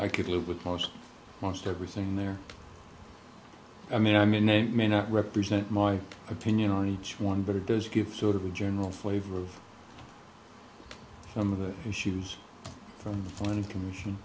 i could live with was most everything there i mean i mean they may not represent my opinion on each one but it does give sort of the general flavor of some of the issues from one commission